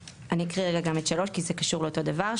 אני אקריא רגע גם את 3 כי זה קשור לאותו דבר.